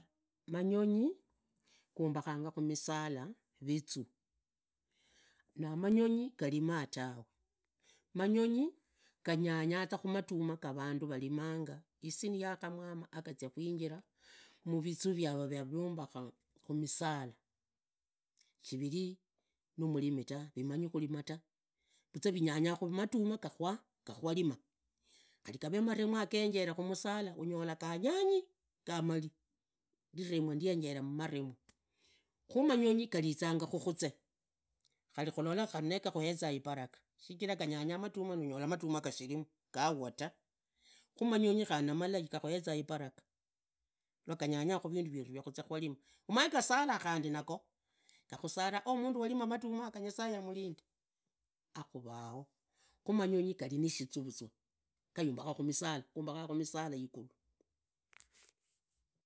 Manyonyi gumbakhanga khumisala vizuu, na manyonyi gavimaa taw. Manyonyi ganyanya za khumaduma gavandu vahmanga, isa niyakhamwa ma avizia khunjira muvizuu vyavo vyavuumbakha khumisala. Shirini numulimi ta, vimanyikhulima ta, viize vinyanya khumatuma gakwa gakwalimu, khari gavee maremwa genjore khumisara, khumanyonyi garizanga mukhuzee, ghari khulole nee gakhueza ibaraka shichira ganyanya matuma naunyola matuma gashirimu gawataa, khu manyonyi nimulai gakhueza ibaraka, iwaganyanya khuvindu vyeru iwakhuze kwarima, umanye gasala khundi nago, nagasala ooh mundu yalima matuma yaga nyasaye amulinde akhuvao, khu manyonyi garinashizuu vuzwa gayumbukha kwumisala igulu.